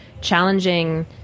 challenging